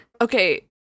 Okay